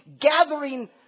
gathering